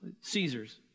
Caesar's